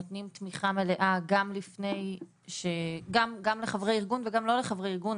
נותנים תמיכה מלאה גם לחברי ארגון וגם לא לחברי ארגון.